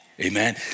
Amen